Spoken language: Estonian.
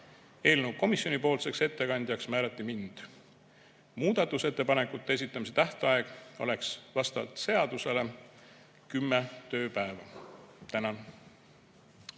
Eelnõu ettekandjaks määrati mind. Muudatusettepanekute esitamise tähtaeg oleks vastavalt seadusele kümme tööpäeva. Tänan!